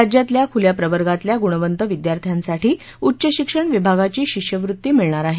राज्यातल्या खुल्या प्रवर्गातल्या गुणवंत विद्यार्थ्यांसाठी उच्च शिक्षण विभागाची शिष्यवृत्ती मिळणार आहे